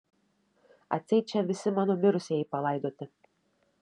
atseit čia visi mano mirusieji palaidoti